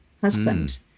husband